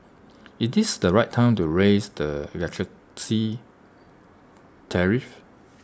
is this the right time to raise the electricity tariff